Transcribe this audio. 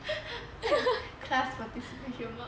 class participation mark